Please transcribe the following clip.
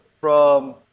from-